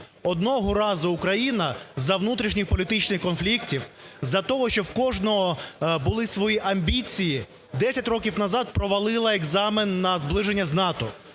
Одного разу Україна за внутрішніх політичних конфліктів, з-за того, що в кожного були свої амбіції, 10 років назад провалила екзамен на зближення з НАТО.